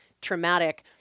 traumatic